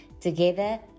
together